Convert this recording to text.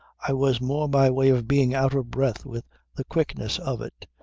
i was more by way of being out of breath with the quickness of it.